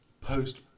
post